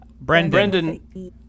Brendan